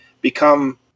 become